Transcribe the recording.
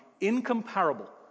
incomparable